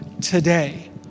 today